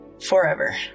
forever